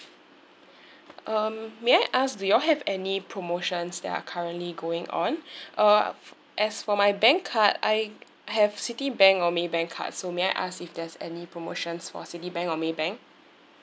um may I ask do you all have any promotions that are currently going on uh f~ as for my bank card I have Citibank or Maybank card so may I ask if there's any promotions for Citibank or Maybank